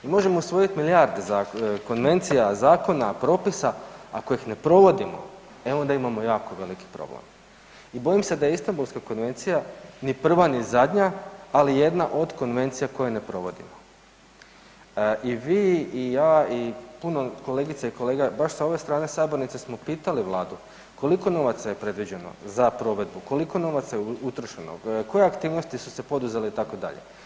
I možemo usvojiti milijarde .../nerazumljivo/... konvencija, zakona, propisa, ako ih ne provodimo, e onda imamo jako veliki problem i bojim se da Istambulska konvencija, ni prva ni zadnja, ali jedna od konvencija koje ne provodimo i vi i ja i puno kolegica i kolega baš sa ove strane sabornice smo pitali Vladu koliko novaca je predviđeno za provedbu, koliko novaca je utrošeno, koje aktivnosti su se poduzele, itd.